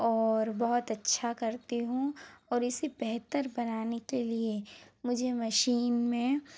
और बहुत अच्छा करती हूँ और इसे बेहतर बनाने के लिए मुझे मशीन में